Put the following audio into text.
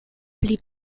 blieb